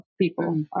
people